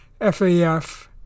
FAF